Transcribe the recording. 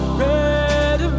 red